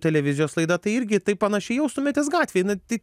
televizijos laidą tai irgi taip panašiai jaustumėtės gatvėj na tai